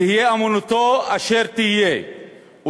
תהיה אמונתו אשר תהיה,